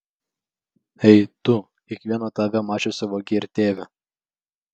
ei tu kiekvieno tave mačiusio vagie ir tėve